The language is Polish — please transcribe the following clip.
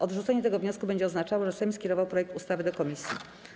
Odrzucenie tego wniosku będzie oznaczało, że Sejm skierował projekt ustawy do komisji.